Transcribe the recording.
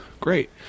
Great